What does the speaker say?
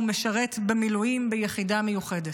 הוא משרת במילואים ביחידה מיוחדת.